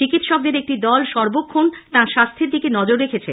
চিকিৎসকদের একটি দল সর্বক্ষণ তাঁর স্বাস্থ্যের দিকে নজর রেখেছে